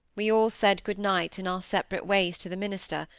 we all said good-night in our separate ways to the minister,